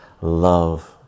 Love